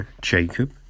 Jacob